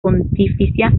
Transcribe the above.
pontificia